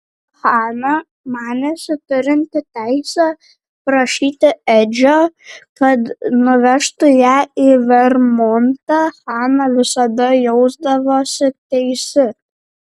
hana manėsi turinti teisę prašyti edžio kad nuvežtų ją į vermontą hana visada jausdavosi teisi